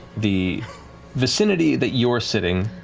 the vicinity that you're sitting